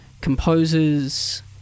composers